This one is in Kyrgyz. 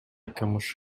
кмш